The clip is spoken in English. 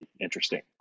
interesting